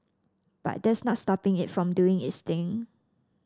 but that's not stopping it from doing its thing